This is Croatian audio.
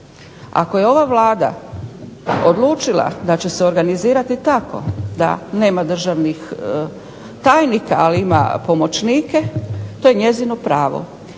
Ako je ova Vlada odlučila da će se organizirati tako da nema državnih tajnika nego pomoćnike to je njezino pravo.